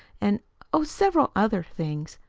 and oh, several other things.